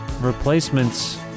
replacements